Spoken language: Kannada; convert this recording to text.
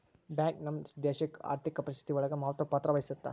ಬ್ಯಾಂಕ್ ನಮ್ ದೇಶಡ್ ಆರ್ಥಿಕ ಪರಿಸ್ಥಿತಿ ಒಳಗ ಮಹತ್ವ ಪತ್ರ ವಹಿಸುತ್ತಾ